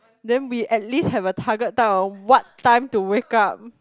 then we at least have a target time on what time to wake up